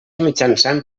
mitjançant